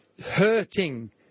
hurting